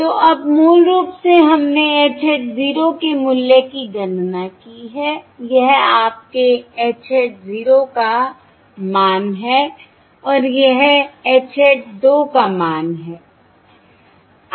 तो अब मूल रूप से हमने H hat 0 के मूल्य की गणना की है यह आपके H hat 0 का मान है और यह H hat 2 का मान है